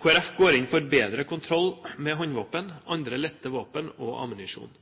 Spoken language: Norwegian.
Folkeparti går inn for bedre kontroll med håndvåpen, andre lette våpen og ammunisjon.